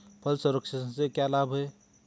फल संरक्षण से क्या लाभ है?